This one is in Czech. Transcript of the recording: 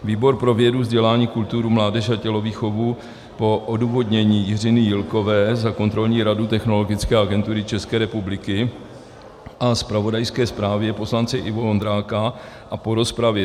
Výbor pro vědu, vzdělání, kulturu, mládež a tělovýchovu po odůvodnění Jiřiny Jílkové za kontrolní radu Technologické agentury České republiky a zpravodajské zprávě poslance Ivo Vondráka a po rozpravě